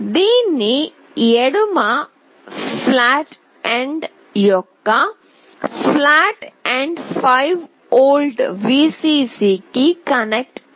దీని ఎడమ ఫ్లాట్ యొక్క ఫ్లాట్ ఎండ్ 5 వోల్ట్ విసిసి కి కనెక్ట్ చేయాలి